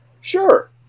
sure